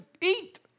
eat